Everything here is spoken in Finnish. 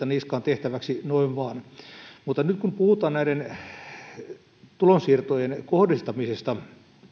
niskaan velvoitteita tehtäväksi mutta nyt kun puhutaan tulonsiirtojen kohdistamisesta